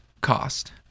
cost